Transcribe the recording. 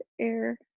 air